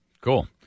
Cool